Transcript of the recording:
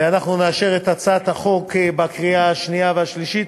ונאשר את הצעת החוק בקריאה השנייה והשלישית.